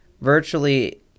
virtually